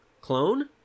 clone